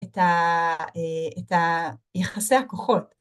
את יחסי הכוחות.